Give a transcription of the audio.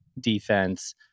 defense